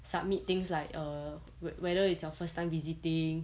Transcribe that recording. submit things like err whether it's your first time visiting